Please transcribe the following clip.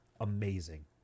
Amazing